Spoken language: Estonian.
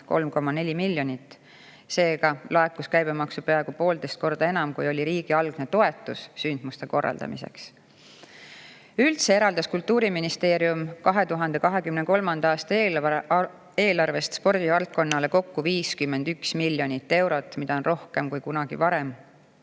3,4 miljonit. Seega laekus käibemaksu peaaegu poolteist korda enam, kui oli riigi algne toetus sündmuste korraldamiseks. Üldse eraldas Kultuuriministeerium 2023. aasta eelarvest spordivaldkonnale kokku 51 miljonit eurot, mida on rohkem kui kunagi varem.